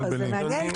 זה מעניין.